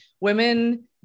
women